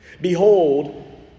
Behold